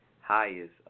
highest